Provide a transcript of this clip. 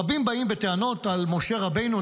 רבים באים בטענות על משה רבנו,